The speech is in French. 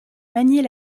manier